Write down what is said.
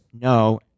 no